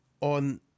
on